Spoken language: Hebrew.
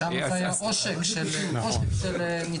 שם היה עושק של ניצולי שואה.